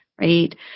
right